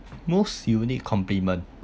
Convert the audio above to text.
most unique compliment